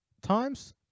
times